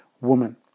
woman